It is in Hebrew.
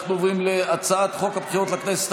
אנחנו עוברים להצעת חוק הבחירות לכנסת